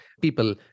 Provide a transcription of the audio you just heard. people